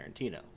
Tarantino